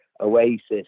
Oasis